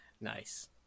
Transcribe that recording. nice